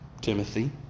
Timothy